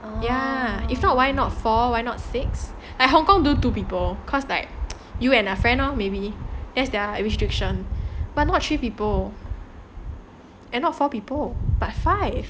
ya if not why not four why not six like hong kong do two people cause like you and a friend lor maybe that's their restrictions but not three people and not four people but five